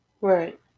right